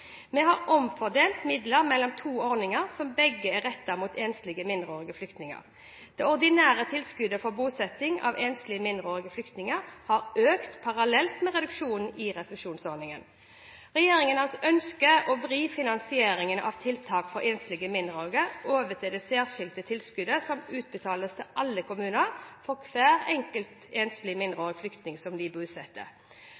Vi har omfordelt midler mellom to ordninger som begge er rettet mot enslige mindreårige flyktninger. Det ordinære tilskuddet for bosetting av enslige mindreårige flyktninger har økt parallelt med reduksjonen i refusjonsordningen. Regjeringen ønsker å vri finansieringen av tiltak for enslige mindreårige over til det særskilte tilskuddet som utbetales til alle kommuner for hver